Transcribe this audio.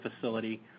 facility